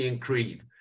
Creed